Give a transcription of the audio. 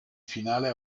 finale